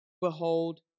behold